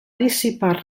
dissipar